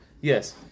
Yes